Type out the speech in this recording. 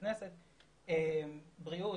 בריאות,